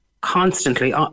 constantly